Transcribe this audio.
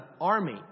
army